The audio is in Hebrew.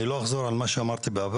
אני לא אחזור על מה שאמרתי בעבר.